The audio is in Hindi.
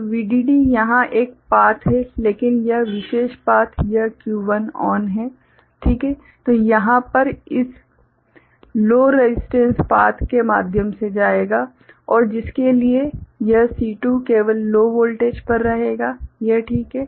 तो VDD यहाँ पर एक पाथ है लेकिन यह विशेष पाथ यह Q1 ऑन है ठीक है तो यहाँ पर यह इस लो रसिस्टेंस पाथ के माध्यम से जाएगा और जिसके लिए यह C2 केवल लो वोल्टेज पर रहेगा यह ठीक है